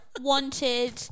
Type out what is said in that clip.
wanted